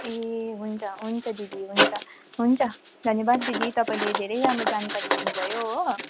ए हुन्छ हुन्छ दिदी हुन्छ हुन्छ धन्यवाद दिदी तपाईँले धेरै राम्रो जानकारी दिनुभयो हो